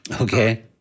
Okay